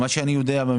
אני מדבר על משקי הבית.